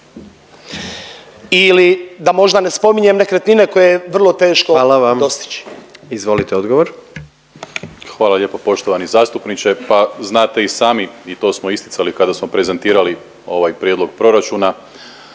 ili da možda ne spominjem nekretnine koje je vrlo teško dostići? **Jandroković, Gordan (HDZ)** Hvala vam. Izvolite odgovor. **Primorac, Marko** Hvala lijepo poštovani zastupniče, pa znate i sami i to smo isticali kada smo prezentirali ovaj prijedlog proračuna